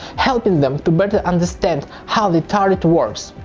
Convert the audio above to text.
helping them to better understand how their turret works.